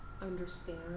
understand